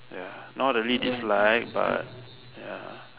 ya not really dislike but ya